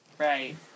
Right